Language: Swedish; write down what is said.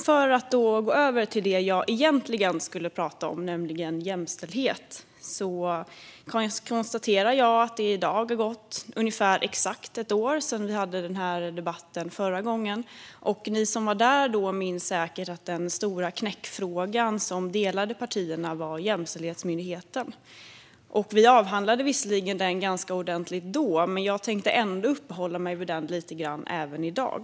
För att gå över till det jag egentligen skulle tala om, nämligen jämställdhet, konstaterar jag att det i dag har gått ganska exakt ett år sedan förra gången vi hade denna debatt. Ni som var där då minns säkert att den stora knäckfråga som delade partierna var Jämställdhetsmyndigheten. Vi avhandlade den visserligen ganska ordentligt då, men jag tänkte ändå uppehålla mig vid den lite grann även i dag.